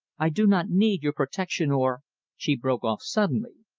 i do not need your protection or she broke off suddenly.